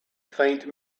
faint